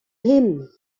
him